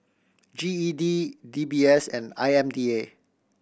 G E D D B S and I M D A